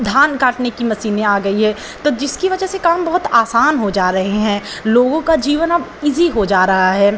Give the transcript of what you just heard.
धान काटने की मसीनें आ गई हैं तो जिसकी वजह से काम बहुत आसान हो जा रहे हैं लोगों का जीवन अब ईज़ी हो जा रहा है